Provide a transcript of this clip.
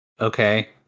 okay